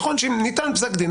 נכון שניתן פסק דין,